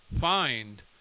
find